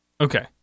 Okay